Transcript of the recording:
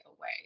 away